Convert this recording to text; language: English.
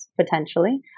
potentially